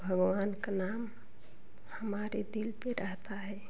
भगवान का नाम हमारे दिल पे रहता है